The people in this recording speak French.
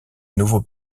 nouveau